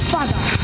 Father